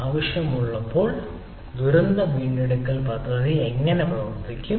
ആവശ്യമുള്ളപ്പോൾ ദുരന്ത വീണ്ടെടുക്കൽ പദ്ധതി എങ്ങനെ പ്രവർത്തിക്കും